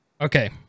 Okay